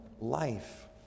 life